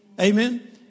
Amen